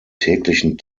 täglichen